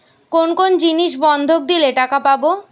কোন কোন জিনিস বন্ধক দিলে টাকা পাব?